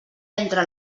entre